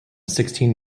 sixteen